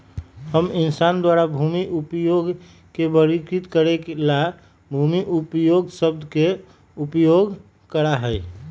हम इंसान द्वारा भूमि उपयोग के वर्गीकृत करे ला भूमि उपयोग शब्द के उपयोग करा हई